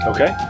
Okay